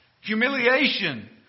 Humiliation